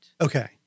Okay